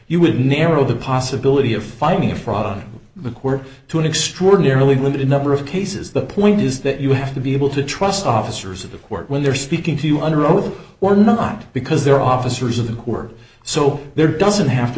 you would narrow the possibility of finding fraud on the court to an extraordinarily good a number of cases the point is that you have to be able to trust officers of the court when they're speaking to you under oath or not because they're officers of the word so there doesn't have to